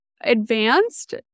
advanced